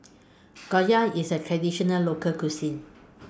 Gyoza IS A Traditional Local Cuisine